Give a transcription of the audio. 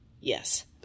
Yes